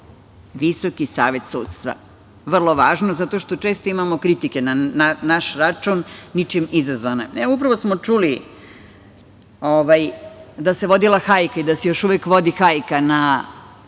Visoki savet sudstva. Vrlo važno, zato što često imamo kritike na naš račun, ničim izazvane. Evo, upravo smo čuli da se vodila hajka i da se još uvek vodi hajka na